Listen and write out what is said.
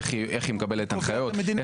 איך היא מקבלת הנחיות.